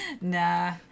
Nah